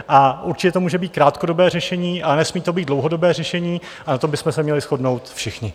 A určitě to může být krátkodobé řešení a nesmí to být dlouhodobé řešení, to bychom se měli shodnout všichni.